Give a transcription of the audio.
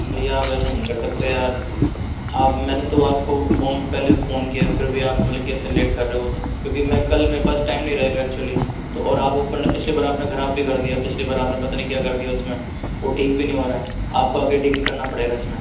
भैया आप ऐसे नहीं कर सकते यार आप मैंने तो आपको फोन पहले फोन किया फिर भी आप ऐसे लेट कर रहे हो क्योंकि मैं कल मेरे पास टाइम नहीं रहेगा एक्चुअली तो और आप पिछली बार आपने खराब भी कर दिया पिछली बार आपने पता नहीं क्या कर दिया उसमें वो ठीक भी नहीं हो रहा है आपको आकर ठीक करना पड़ेगा इसमें